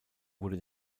wurde